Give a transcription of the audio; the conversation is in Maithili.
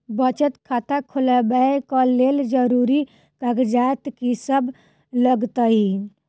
बचत खाता खोलाबै कऽ लेल जरूरी कागजात की सब लगतइ?